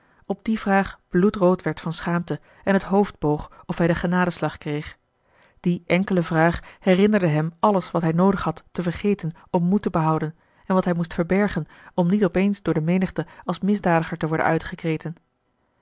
op die vraag bloedrood werd van schaamte en het hoofd boog of hij den genadeslag kreeg die enkele vraag herinnerde hem alles wat hij noodig had te vergeten om moed te behouden en wat hij moest verbergen om niet op eens door de menigte als misdadiger te worden uitgekreten